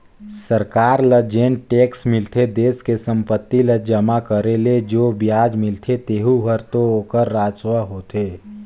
सरकार ल जेन टेक्स मिलथे देस के संपत्ति ल जमा करे ले जो बियाज मिलथें तेहू हर तो ओखर राजस्व होथे